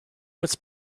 was